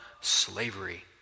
slavery